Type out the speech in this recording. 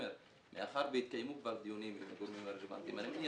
מאחר והתקיימו כבר דיונים עם הגורמים הרלוונטיים אני מניח